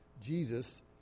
Jesus